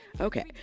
Okay